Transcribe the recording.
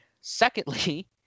secondly